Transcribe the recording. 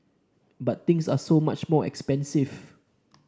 but things are so much more expensive